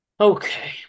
Okay